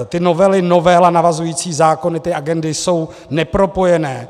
Ty novely novel a navazující zákony, ty agendy, jsou nepropojené.